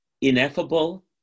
ineffable